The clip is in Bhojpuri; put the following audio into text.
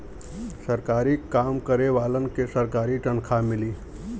सरकारी काम करे वालन के सरकारी तनखा मिली